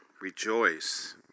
rejoice